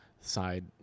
side